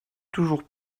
toujours